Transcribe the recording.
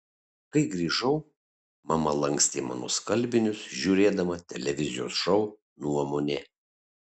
kai grįžau mama lankstė mano skalbinius žiūrėdama televizijos šou nuomonė